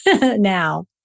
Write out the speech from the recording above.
now